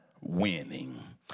winning